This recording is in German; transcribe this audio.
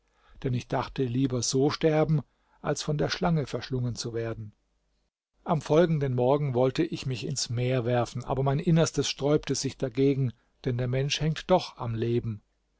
denn ich dachte lieber so sterben als von der schlange verschlungen zu werden am folgenden morgen wollte ich mich ins meer werfen aber mein innerstes sträubte sich dagegen denn der mensch hängt doch am leben